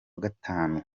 gatanu